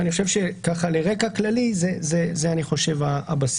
אני חושב שכרקע כללי, זה הבסיס.